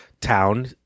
town